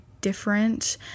different